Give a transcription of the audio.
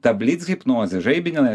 ta blitz hipnozė žaibinė